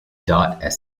dot